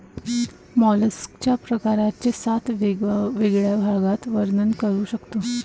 मॉलस्कच्या प्रकारांचे सात वेगवेगळ्या भागात वर्णन करू शकतो